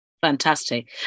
Fantastic